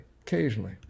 occasionally